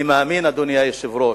אני מאמין, אדוני היושב-ראש,